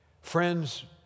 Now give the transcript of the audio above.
Friends